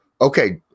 Okay